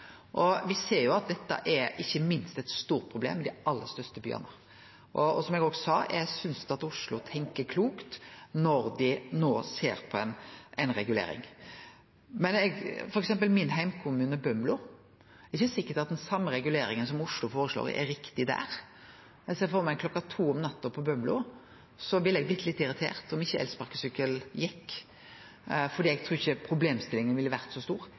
ser at dette ikkje minst er eit stort problem i dei aller største byane. Som eg òg sa: Eg synest at Oslo tenkjer klokt når dei no ser på ei regulering. I f.eks. min heimkommune, Bømlo, er det ikkje sikkert at den same reguleringa som Oslo føreslår, er riktig der. Eg ser for meg at klokka to om natta på Bømlo ville eg blitt litt irritert om ikkje elsparkesykkelen gjekk, for eg trur ikkje problemstillinga er så veldig stor